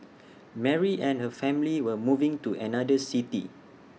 Mary and her family were moving to another city